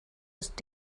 ist